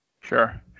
Sure